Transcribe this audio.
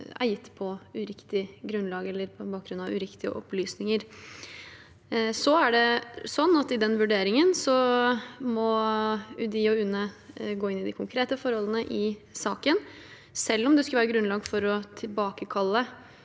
gitt på uriktig grunnlag eller på bakgrunn av uriktige opplysninger. I den vurderingen må UDI og UNE gå inn i de konkrete forholdene i saken. Selv om det skulle være grunnlag for å tilbakekalle